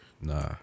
Nah